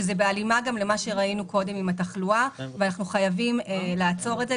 שזה בהלימה גם למה שראינו קודם עם התחלואה ואנחנו חייבים לעצור את זה,